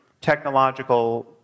technological